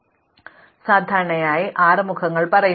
അതിനാൽ ഒരു മരിക്കുക സാധാരണയായി ആറ് മുഖങ്ങൾ പറയുന്നു